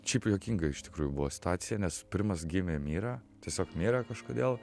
šiaip juokinga iš tikrųjų buvo situacija nes pirmas gimė mira tiesiog mira kažkodėl